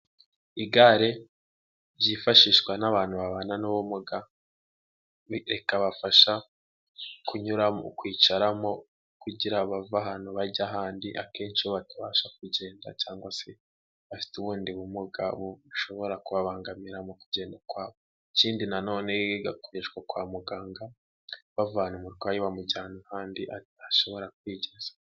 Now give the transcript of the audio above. Igare ryifashishwa n'abantu babana n'ubumuga rikabafasha kunyura mu kwicaramo kugira bave ahantu bajya ahandi akenshi batabasha kugenda cyangwa se bafite ubundi bumuga bushobora kubabangamira mu kugenda kwabo ikindi na none rigakoreshwa kwa muganga bavana umurwayi bamujyana ahandi adashobora kwigeza.